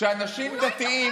הוא לא התאפק.